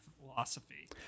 philosophy